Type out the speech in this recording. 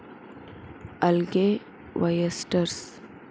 algae, oysters